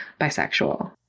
bisexual